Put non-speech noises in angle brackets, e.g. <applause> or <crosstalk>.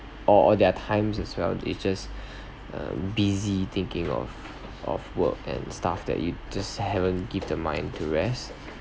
or or their times as well they just <breath> um busy thinking of of work and stuff that you just haven't given the mind to rest